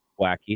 wacky